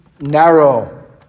narrow